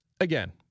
Again